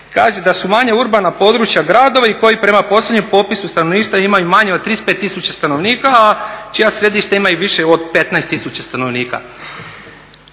kaže: "Da su manje urbana područja gradovi koji prema posljednjem popisu stanovništva imaju manje od 35 tisuća stanovnika, a čija središta imaju više od 15 tisuća stanovnika."